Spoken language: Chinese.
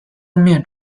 封面